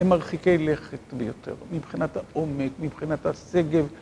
הם מרחיקי לכת ביותר, מבחינת העומק, מבחינת השגב.